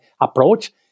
approach